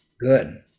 good